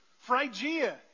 Phrygia